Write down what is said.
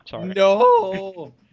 No